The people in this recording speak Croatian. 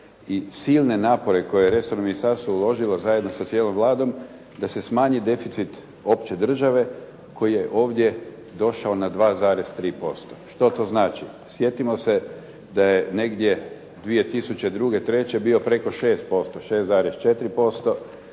i silne napore koje je resorno ministarstvo uložilo zajedno sa cijelom Vladom da se smanji deficit opće države koji je ovdje došao na 2,3%. Što to znači? Sjetimo se da je negdje 2002., 2003. bio preko 6%, 6,4%.